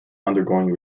undergoing